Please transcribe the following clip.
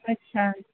ਅੱਛਾ